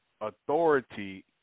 authority